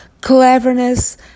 cleverness